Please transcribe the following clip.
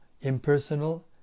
impersonal